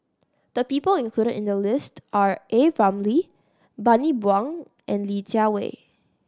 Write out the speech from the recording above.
the people included in the list are A Ramli Bani Buang and Li Jiawei